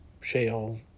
shale